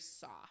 soft